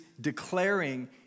declaring